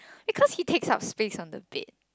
because it takes up space on the bed